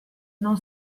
non